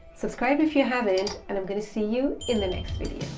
subscribe if you haven't, and i'm going to see you in the next video.